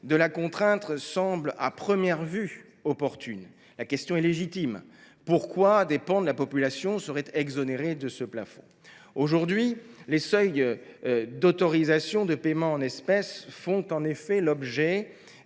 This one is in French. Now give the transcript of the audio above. de la contrainte semble à première vue opportune. La question est légitime : pourquoi des pans entiers de la population seraient ils exonérés de ce plafond ? Aujourd’hui, les seuils d’autorisation de paiement en espèces font en effet l’objet